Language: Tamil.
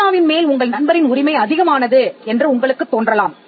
பேனாவின் மேல் உங்கள் நண்பரின் உரிமை அதிகமானது என்று உங்களுக்குத் தோன்றலாம்